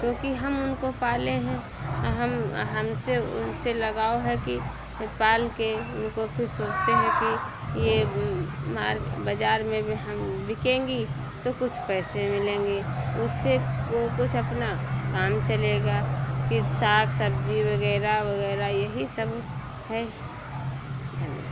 क्योंकि हम उनको पाले हैं हम हमसे उनसे लगाव है कि पाल के उनको फिर सोचते हैं कि ये मार के बाज़ार में में हम बिकेंगी तो कुछ पैसे मिलेंगे उससे वो कुछ अपना काम चलेगा कि साग सब्ज़ी वगैरह वगैरह यही सब है धन्यवाद